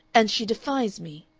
and she defies me.